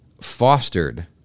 fostered